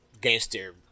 gangster